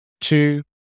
Two